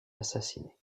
assassiné